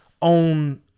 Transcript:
on